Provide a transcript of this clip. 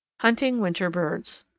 hunting winter birds.